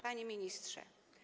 Panie Ministrze!